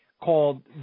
called